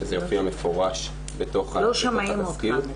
שזה יופיע מפורש בתוך התסקיר.